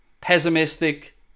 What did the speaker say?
pessimistic